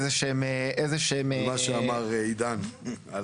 מה שאמר עידן.